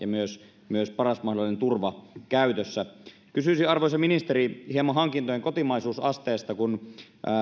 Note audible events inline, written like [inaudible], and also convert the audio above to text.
[unintelligible] myös myös paras mahdollinen turva käytössä kysyisin arvoisa ministeri hieman hankintojen kotimaisuusasteesta